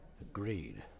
Agreed